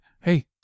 Hey